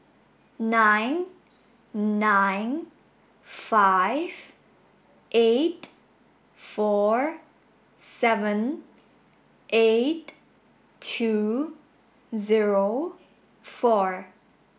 nine nine five eight four seven eight two zero four